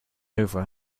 over